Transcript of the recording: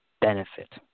benefit